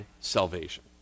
salvation